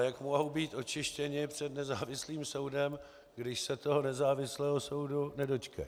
Jak mohou být očištěni před nezávislým soudem, když se nezávislého soudu nedočkají?